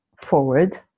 forward